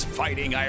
fighting